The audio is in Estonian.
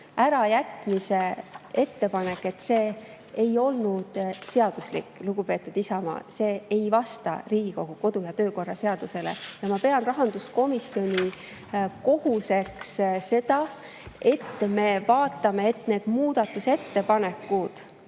ärajätmise ettepanek ei ole seaduslik, lugupeetud Isamaa, see ei vasta Riigikogu kodu‑ ja töökorra seadusele. Ma pean rahanduskomisjoni kohuseks seda, et me vaatame, et muudatusettepanekud,